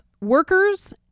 workers